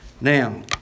Now